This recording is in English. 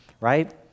right